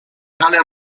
tale